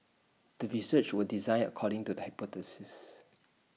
the research was designed according to the hypothesis